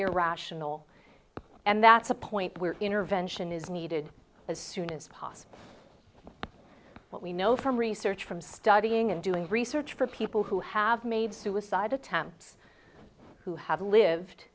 irrational and that's a point where intervention is needed as soon as possible but we know from research from studying and doing research for people who have made suicide attempts who have lived